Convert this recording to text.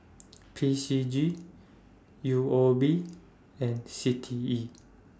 P C G U O B and C T E